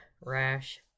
rash